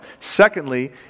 Secondly